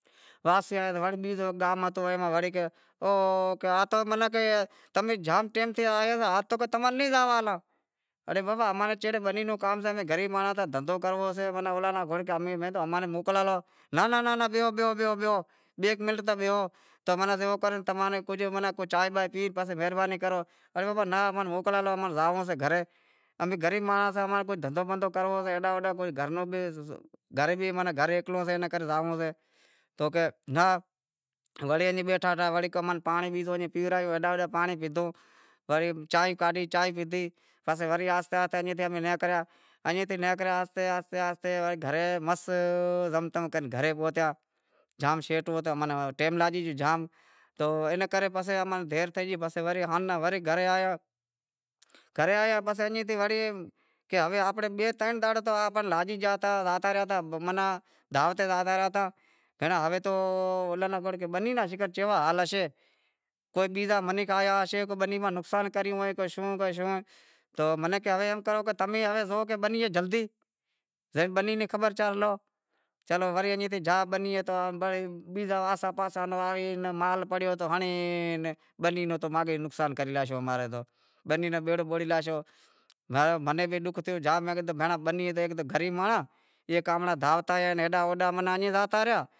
واپسی آیا تو وڑے بیزو ہیک گام ہتو واپسی آیا تو آتو مناں کہے تو تمیں زام ٹیم تھے گیا آیا ہتا ہاز تو تم کو نیں زاونڑ ڈیئاں، اڑے بابا امیں چیڑے بنی رو کام سے ام گریب مانڑاں سیں دھندھو کرنوو سے تو اماں ناں موکل ڈیو تو کہے ناں ناں ناں ناں بیہو بیہو بیہو بیہو ایک منٹ تاں بیہو تو ماناں زیوو کر تماں نیں زیوو کر چانہیں بانہیں پی مہربانی کرو اڑے بابا ناں امیں موکل ڈیو امیں زانونڑو سے گھرے، امیں گریب مانڑو سیاں امیں کو دھندھو بندھو کنرنڑو سے ہیڈاں ہوڈاں کو گھر رو بھی، گھر بھی ہیکلو سے تو گھر زائے آوں سے تو کہے ناں وڑے ایئں بیٹھا بیٹھا وڑی اماں ناں پانڑی بیزو پیورایو ہیڈاں ہوڈاں پانڑی پیدہو وڑے چانہیں کاڑہی چاینہیں پیدہی پسے وڑے آہستے آہستے ایئں تھی نیکریا، ایئں تھی نیکرے آہستے آہستے وڑے گھرے مس جم تم کرے گھرے پہوچیا جام شیٹو ہتو تو ٹیم لاگی گیو جام تو اینے کرے پسے امیں دیر تھئی گئی پسے وڑے آن گھرے آیا گھرے آیا پسے ایئں تھی ہوے امیں بئے ترن دہاڑا آپاں ناں لاگی گیا ہتا زاتا رہیا تا دعوت تے زاتا رہیا تا ہنڑاں ہوے تو اولاں ناں بنی ناں زاواں کیوا حال شے کوئی بیزا منکھ آیا شے کوئے بنی ماہ نقشان کریو اہے کو شوں کو شوں تو منیں کہے کہ تمی ہلے زو بنی جلدی ہیک بنع ری خبر چار لو چلو ٹھیک سے ورے ایئں تھے جاں بنی نیں بیزا آسا پاسا آئے مال پڑیو تو ہنڑے بنی رو ماگہیں نقشان کری لاشو بنی رو بیڑو بوڑی لاشو منیں تو ڈوکھ تھیو جام کہ بھینڑاں بنی تے ہیک گریب مانڑاں ایئے کام را دعوتاں آئیں ماں اینڑ زاتا رہیا۔